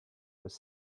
was